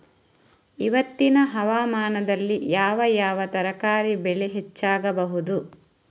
ಇವತ್ತಿನ ಹವಾಮಾನದಲ್ಲಿ ಯಾವ ಯಾವ ತರಕಾರಿ ಬೆಳೆ ಹೆಚ್ಚಾಗಬಹುದು?